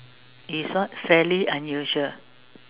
is what fairly unusual